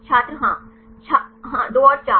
छात्र हाँ हाँ 2 और 4